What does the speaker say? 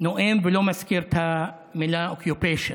נואם ולא מזכיר את המילה occupation,